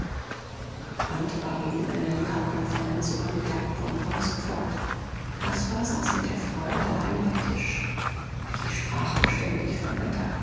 war wegen einer lehrerkonferenz über mittag vom hause fort caspar saß mit der frau allein bei tisch sie sprach beständig vom wetter